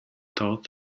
thought